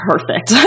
Perfect